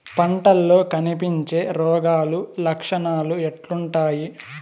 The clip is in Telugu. పంటల్లో కనిపించే రోగాలు లక్షణాలు ఎట్లుంటాయి?